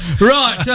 Right